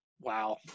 Wow